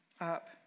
up